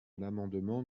l’amendement